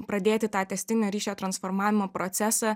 pradėti tą tęstinio ryšio transformavimo procesą